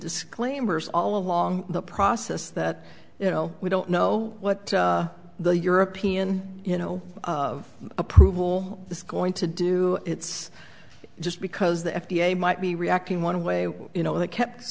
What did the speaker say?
disclaimers all along the process that you know we don't know what the european you know of approval this is going to do it's just because the f d a might be reacting one way you know they kept